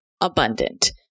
abundant